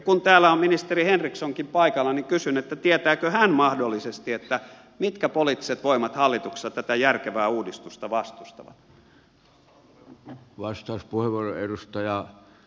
kun täällä on ministeri henrikssonkin paikalla kysyn tietääkö hän mahdollisesti mitkä poliittiset voimat hallituksessa tätä järkevää uudistusta vastustavat